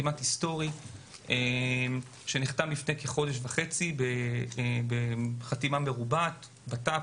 כמעט היסטורי שנחתם לפני כחודש וחצי בחתימה מרובעת של בט"פ,